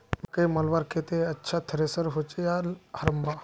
मकई मलवार केते अच्छा थरेसर होचे या हरम्बा?